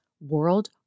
world